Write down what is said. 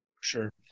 Sure